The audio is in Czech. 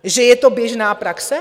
Že je to běžná praxe?